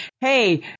hey